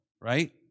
right